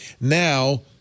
now